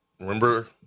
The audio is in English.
remember